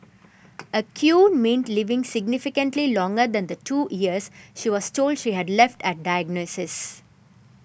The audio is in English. a cure meant living significantly longer than the two years she was told she had left at diagnosis